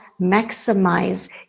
maximize